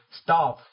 stop